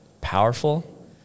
powerful